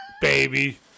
baby